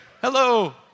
Hello